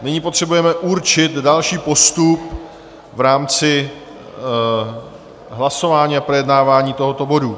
Nyní potřebujeme určit další postup v rámci hlasování a projednávání tohoto bodu.